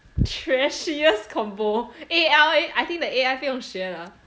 trashiest convo eh I I think the A_I 不用学了